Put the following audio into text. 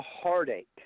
heartache